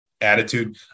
attitude